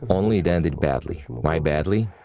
only it ended badly. why badly?